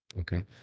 Okay